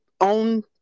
own